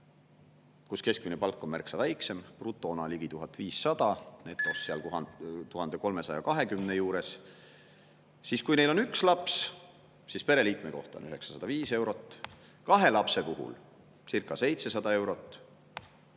kus keskmine palk on märksa väiksem: brutona ligi 1500, netos 1320 juures. Kui neil on üks laps, siis pereliikme kohta on 905 eurot. Kahe lapse puhulcirca700 eurot.